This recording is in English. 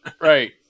Right